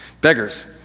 beggars